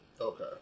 Okay